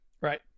right